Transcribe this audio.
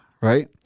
right